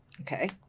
Okay